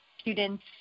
students